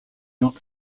not